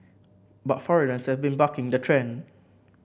but foreigners have been bucking the trend